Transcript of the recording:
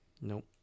Nope